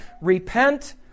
repent